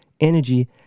energy